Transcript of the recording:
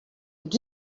did